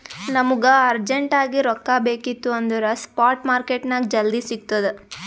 ನಮುಗ ಅರ್ಜೆಂಟ್ ಆಗಿ ರೊಕ್ಕಾ ಬೇಕಿತ್ತು ಅಂದುರ್ ಸ್ಪಾಟ್ ಮಾರ್ಕೆಟ್ನಾಗ್ ಜಲ್ದಿ ಸಿಕ್ತುದ್